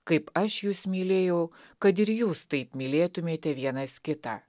kaip aš jus mylėjau kad ir jūs taip mylėtumėte vienas kitą